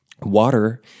Water